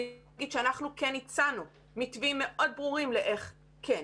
אני אגיד שאנחנו כן הצענו מתווים מאוד ברורים איך כן.